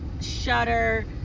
Shutter